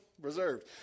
reserved